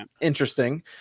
interesting